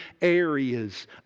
areas